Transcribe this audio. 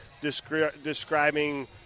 Describing